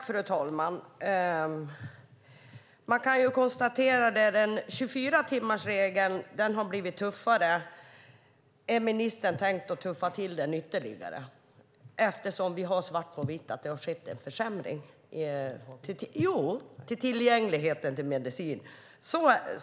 Fru talman! Man kan konstatera att 24-timmarsregeln har blivit tuffare. Har ministern tänkt tuffa till den ytterligare? Vi har ju svart på vitt på att det har skett en försämring när det gäller tillgängligheten till medicin.